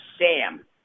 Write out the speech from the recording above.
Sam